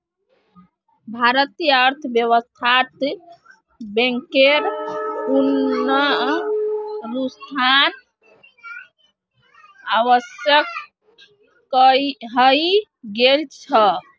भारतीय अर्थव्यवस्थात बैंकेर पुनरुत्थान आवश्यक हइ गेल छ